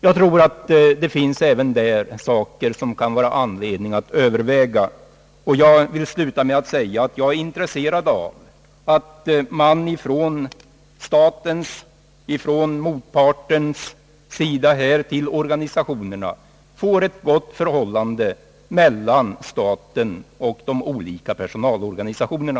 Jag tror att det även där finns anledning till överväganden, och jag vill sluta med att säga att jag är intresserad av att man får ett gott förhållande mellan staten och de olika personalorganisationerna.